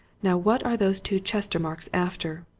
now what are those two chestermarkes after?